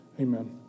Amen